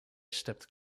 stepped